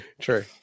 True